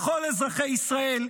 לכל אזרחי ישראל?